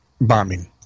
bombing